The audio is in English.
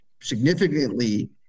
significantly